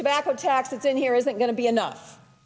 tobacco taxes in here isn't going to be enough